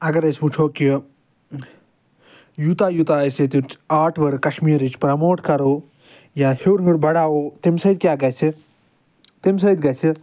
اگر أسۍ وٕچھو کہِ یوٗتاہ یوٗتاہ اسہِ ییٚتٮ۪تھ آرٹ ورٕک کٔشمیٖرٕچ پرٛموٹ کرو یا ہٮ۪وٚر ہٮ۪وٚر بڑاوو تمہِ سۭتۍ کیٚاہ گژھِ تمہِ سۭتۍ گژھِ